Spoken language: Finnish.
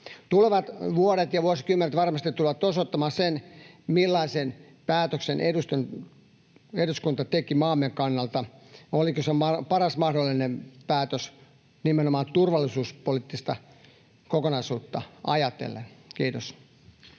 Tulevat vuodet ja vuosikymmenet varmasti tulevat osoittamaan sen, millaisen päätöksen eduskunta teki maamme kannalta ja oliko se paras mahdollinen päätös nimenomaan turvallisuuspoliittista kokonaisuutta ajatellen. — Kiitos.